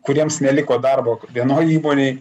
kuriems neliko darbo vienoj įmonėj